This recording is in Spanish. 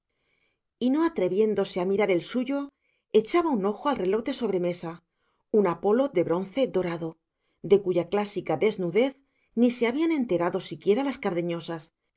y no atreviéndose a mirar el suyo echaba un ojo al reloj de sobremesa un apolo de bronce dorado de cuya clásica desnudez ni se habían enterado siquiera las cardeñosas